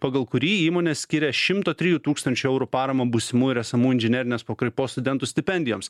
pagal kurį įmonės skiria šimto trijų tūkstančių eurų paramą būsimų ir esamų inžinerinės pakraipos studentų stipendijoms